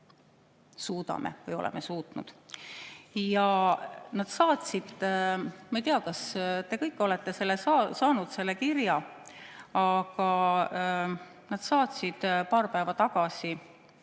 suudame või oleme suutnud. Ma ei tea, kas te kõik olete saanud selle kirja, aga nad saatsid paar päeva tagasi